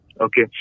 Okay